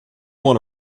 want